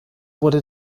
wurde